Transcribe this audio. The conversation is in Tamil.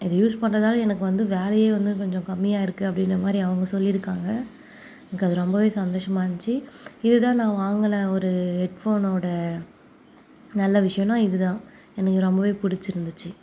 இதை யூஸ் பண்றதால் எனக்கு வந்து வேலையே வந்து கொஞ்சம் கம்மியாயிருக்கு அப்படின்ற மாதிரி அவங்க சொல்லியிருக்காங்க எனக்கு அது ரொம்பவே சந்தோஷமாயிருந்துச்சு இதுதான் நான் வாங்கின ஒரு ஹெட்ஃபோனோட நல்ல விஷயன்னா இதுதான் எனக்கு ரொம்பவே பிடிச்சிருந்துச்சு